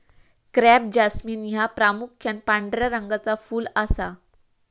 crape jasmine ह्या प्रामुख्यान पांढऱ्या रंगाचा फुल असा